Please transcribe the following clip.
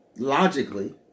Logically